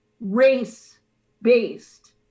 race-based